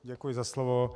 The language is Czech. Děkuji za slovo.